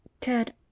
Ted